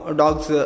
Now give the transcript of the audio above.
dogs